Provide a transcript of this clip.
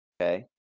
okay